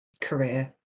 career